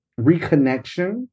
reconnection